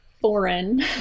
foreign